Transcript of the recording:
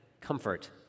comfort